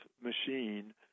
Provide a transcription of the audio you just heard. machine